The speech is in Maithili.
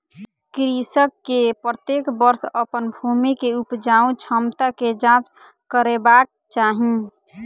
कृषक के प्रत्येक वर्ष अपन भूमि के उपजाऊ क्षमता के जांच करेबाक चाही